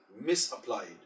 misapplied